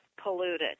polluted